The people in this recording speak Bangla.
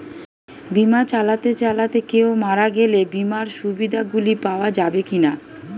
বিমা চালাতে চালাতে কেও মারা গেলে বিমার সুবিধা গুলি পাওয়া যাবে কি না?